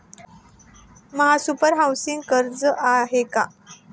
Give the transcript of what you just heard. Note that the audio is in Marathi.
महासुपर हाउसिंग कर्ज आहे का?